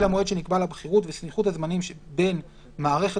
בשל המועד שנקבע לבחירות וסמיכות הזמנים בין מערכת